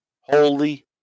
Holy